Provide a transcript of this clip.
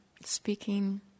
speaking